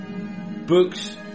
Books